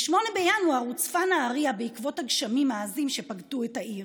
ב-8 בינואר הוצפה נהריה בעקבות הגשמים העזים שפקדו את העיר.